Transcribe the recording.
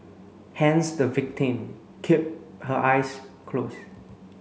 hence the victim kept her eyes closed